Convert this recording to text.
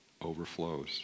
overflows